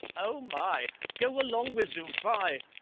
oh, my go along wiz oo, fie!